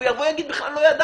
הוא יגיד: בכלל לא ידעתי.